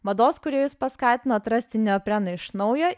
mados kūrėjus paskatino atrasti neopreną iš naujo